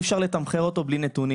אי-אפשר לתמחר אותו בלי נתונים.